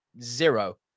zero